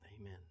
Amen